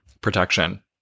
Protection